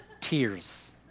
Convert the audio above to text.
Tears